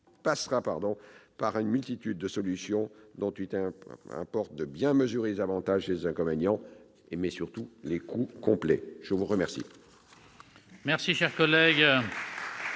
passera par une multitude de solutions, dont il importe de bien mesurer les avantages, les inconvénients, et surtout les coûts complets. La parole